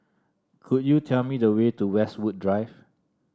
could you tell me the way to Westwood Drive